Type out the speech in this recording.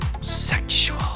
sexual